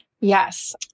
Yes